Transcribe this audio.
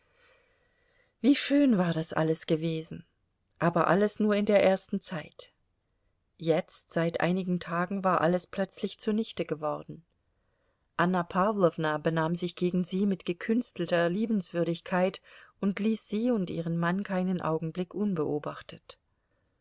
wie schön war das alles gewesen aber alles nur in der ersten zeit jetzt seit einigen tagen war alles plötzlich zunichte geworden anna pawlowna benahm sich gegen sie mit gekünstelter liebenswürdigkeit und ließ sie und ihren mann keinen augenblick unbeobachtet